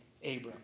Abram